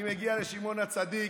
אני מגיע לשמעון הצדיק,